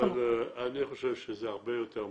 אני חושב שזה הרבה יותר מורכב.